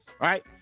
right